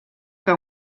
que